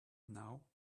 now